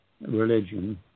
religion